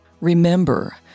Remember